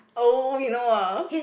oh you know ah